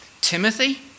Timothy